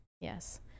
Yes